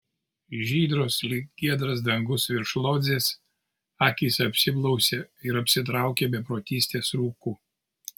žydros lyg giedras dangus viršum lodzės akys apsiblausė ir apsitraukė beprotystės rūku